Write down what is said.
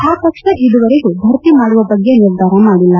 ಆ ಪಕ್ಷ ಇದುವರೆಗೂ ಭರ್ತಿ ಮಾಡುವ ಬಗ್ಗೆ ನಿರ್ಧಾರ ಮಾಡಿಲ್ಲ